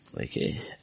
Okay